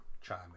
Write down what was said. chime